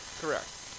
Correct